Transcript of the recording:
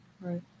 Right